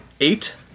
eight